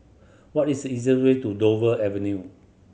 what is the easier way to Dover Avenue